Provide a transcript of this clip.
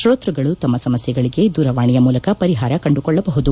ಶ್ರೋತೃಗಳು ತಮ್ನ ಸಮಸ್ಥೆಗಳಿಗೆ ದೂರವಾಣಿಯ ಮೂಲಕ ಪರಿಹಾರ ಕಂಡುಕೊಳ್ಳಬಹುದು